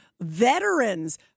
veterans